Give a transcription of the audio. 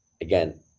again